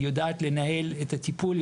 היא יודעת לנהל את הטיפול,